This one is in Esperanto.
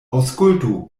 aŭskultu